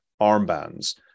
armbands